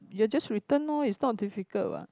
you are just return loh is not difficult what